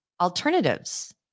alternatives